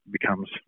becomes